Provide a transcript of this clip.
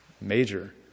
major